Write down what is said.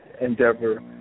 endeavor